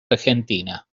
argentina